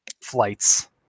flights